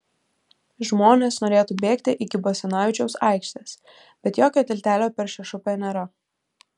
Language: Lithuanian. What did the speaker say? žmonės norėtų bėgti iki basanavičiaus aikštės bet jokio tiltelio per šešupę nėra